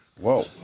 Whoa